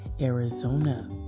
Arizona